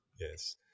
Yes